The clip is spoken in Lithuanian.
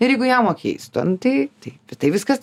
ir jeigu jam mokės ten tai tai tai viskas